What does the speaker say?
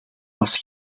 pas